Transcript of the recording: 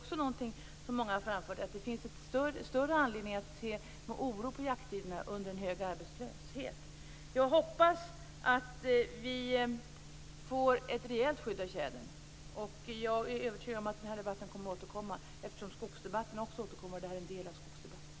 Många har också framfört att det finns större anledning att se med oro på jakttiderna då vi har en hög arbetslöshet. Jag hoppas att vi får ett rejält skydd för tjädern. Jag är övertygad om att den här debatten kommer att återkomma, eftersom skogsdebatten återkommer och det här är en del av skogsdebatten.